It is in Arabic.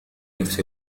نفس